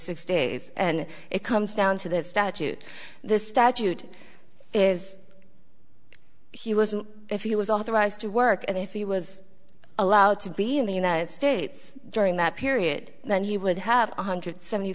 six days and it comes down to this statute this statute is he wasn't if he was authorized to work and if he was allowed to be in the united states during that period then he would have one hundred seventy